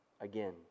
again